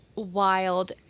wild